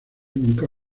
nunca